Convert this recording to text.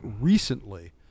recently